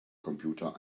computer